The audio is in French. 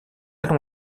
elles